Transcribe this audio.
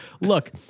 look